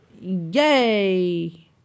Yay